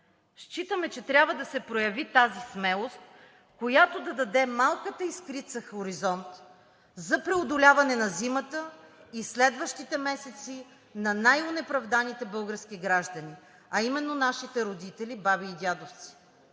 Считаме, че трябва да се прояви тази смелост, която да даде малката искрица хоризонт за преодоляване на зимата и следващите месеци на най-онеправданите български граждани, а именно нашите родители, баби и дядовци.